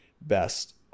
best